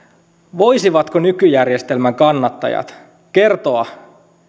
voisivatko nykyjärjestelmän kannattajat kertoa